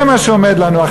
זה מה שעומד לנו,